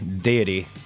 deity